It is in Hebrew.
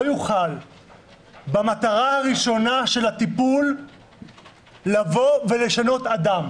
יוכל במטרה הראשונה של הטיפול לשנות אדם.